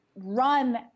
run